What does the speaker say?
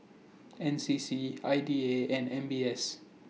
N C C I D A and M B S